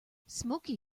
smoky